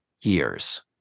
years